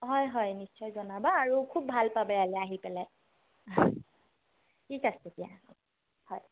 হয় হয় নিশ্চয় জনাবা আৰু খুব ভাল পাবা ইয়ালৈ আহি পেলাই ঠিক আছে দিয়া হয়